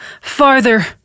Farther